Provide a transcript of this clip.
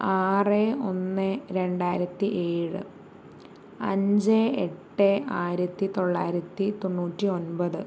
ആറ് ഒന്ന് രണ്ടായിരത്തി ഏഴ് അഞ്ച് എട്ട് ആയിരത്തി തൊള്ളായിരത്തി തൊണ്ണൂറ്റി ഒൻപത്